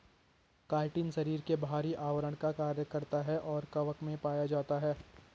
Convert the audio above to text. chitin शरीर के बाहरी आवरण का कार्य करता है और कवक में पाया जाता है